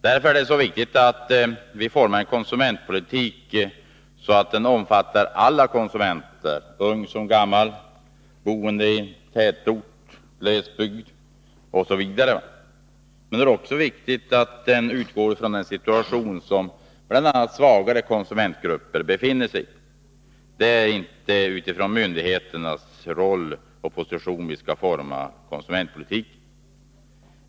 Det är därför viktigt att konsumentpolitiken formas så att den omfattar alla konsumenter — ung som gammal, tätortsbo som glesbygdsbo osv. Men det är också viktigt att den utgår ifrån den situation som bl.a. svagare konsumentgrupper befinner sig i. Det är inte utifrån myndigheternas roll och position vi skall forma konsumentpolitiken.